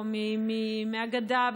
או מהגדה,